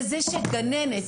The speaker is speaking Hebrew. לזה שגננת,